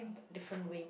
different way